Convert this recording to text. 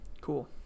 Cool